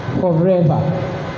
forever